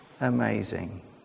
Amazing